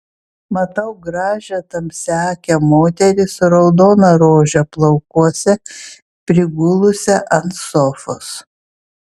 matau gražią tamsiaakę moterį su raudona rože plaukuose prigulusią ant sofos